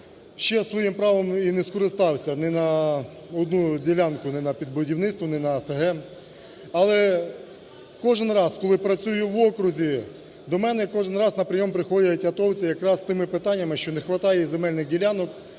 ще своїм і правом не скористався ні на одну ділянку – ні на під будівництво, ні на ОСГ, але кожен раз, коли працюю в окрузі, до мене кожен раз на прийом приходять атовці якраз з тими питаннями, що не хватає земельних ділянок,